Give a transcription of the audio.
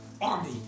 army